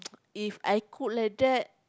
If I cook like that